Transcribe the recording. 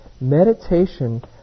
meditation